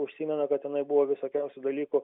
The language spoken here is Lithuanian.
užsimena kad tenai buvo visokiausių dalykų